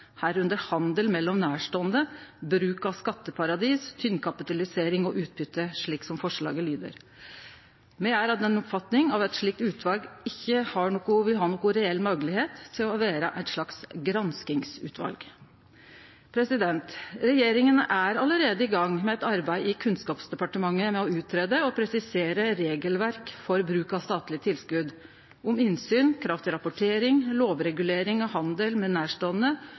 handel mellom nærstående, bruk av skatteparadis, tynnkapitalisering og utbytte», slik forslaget lyder. Me er av den oppfatninga at eit slikt utval ikkje vil ha noka reell moglegheit for å vere eit slags granskingsutval. Regjeringa er allereie i gang med eit arbeid i Kunnskapsdepartementet med å greie ut og presisere regelverk for bruk av statlege tilskot, om innsyn, krav til rapportering, lovregulering av handel med nærståande